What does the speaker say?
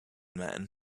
man